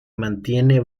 mantiene